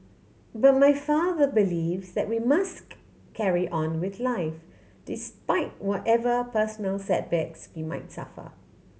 but my father believes that we must carry on with life despite whatever personal setbacks we might suffer